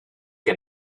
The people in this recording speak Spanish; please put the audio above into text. que